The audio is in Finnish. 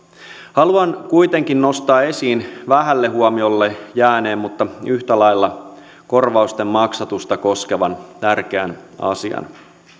haluan kuitenkin nostaa esiin vähälle huomiolle jääneen mutta yhtä lailla korvausten maksatusta koskevan tärkeän asian